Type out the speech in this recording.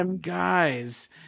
guys